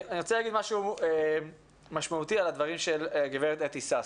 אני רוצה לומר משהו משמעותי על הדברים של גברת אתי סאסי.